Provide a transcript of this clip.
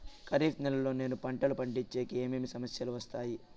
ఖరీఫ్ నెలలో నేను పంటలు పండించేకి ఏమేమి సమస్యలు వస్తాయి?